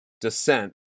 Descent